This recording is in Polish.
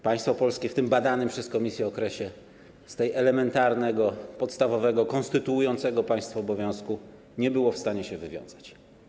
Państwo polskie w tym badanym przez komisję okresie z tego elementarnego, podstawowego, konstytuującego państwo obowiązku nie było w stanie się wywiązać.